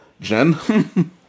jen